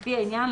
לפי העניין,